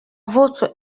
votre